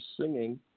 singing